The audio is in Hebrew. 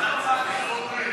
ההסתייגות (39) של קבוצת סיעת הרשימה